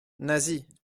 nasie